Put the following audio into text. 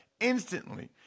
instantly